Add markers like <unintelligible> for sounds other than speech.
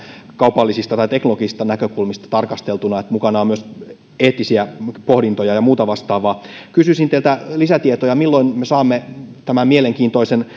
kaupallisista tai teknologisista näkökulmista tarkasteltuna niin että mukana on myös eettisiä pohdintoja ja muuta vastaavaa kysyisin teiltä lisätietoja sitä milloin me saamme tämän mielenkiintoisen <unintelligible>